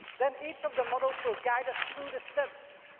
then each of the models will guide us through the steps.